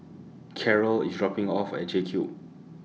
Carrol IS dropping Me off At JCube